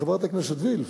חברת הכנסת וילף,